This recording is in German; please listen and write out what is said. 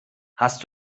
hast